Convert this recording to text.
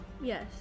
Yes